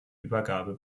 übergabe